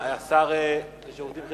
הוא היה שובר שוויון.